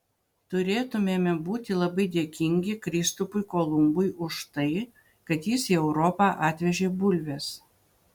turėtumėme būti labai dėkingi kristupui kolumbui už tai kad jis į europą atvežė bulves